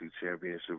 Championship